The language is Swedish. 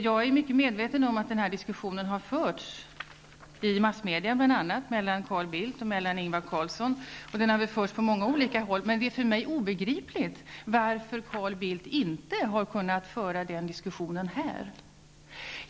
Jag är mycket medveten om att det har förts en diskussion i massmedia, bl.a. mellan Carl Bildt och Ingvar Carlsson, och den har förts på många olika håll. Men det är för mig obegripligt varför Carl Bildt inte har kunnat föra den diskussionen här i kammaren.